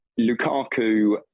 Lukaku